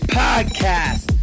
podcast